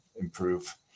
improve